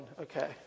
okay